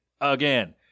again